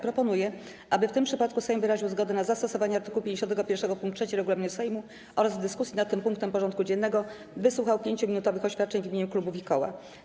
Proponuję, aby w tym przypadku Sejm wyraził zgodę na zastosowanie art. 51 pkt 3 regulaminu Sejmu oraz w dyskusji nad tym punktem porządku dziennego wysłuchał 5-minutowych oświadczeń w imieniu klubów i koła.